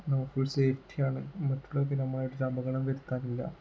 നമ്മൾ full safety ആണ് മറ്റുള്ള നമ്മളായിട്ട് അപകടങ്ങൾ വരുത്താറില്ല